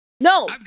No